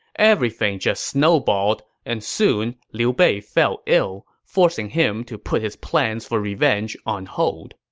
everything just snowballed, and soon, liu bei fell ill, forcing him to put his plans for revenge on hold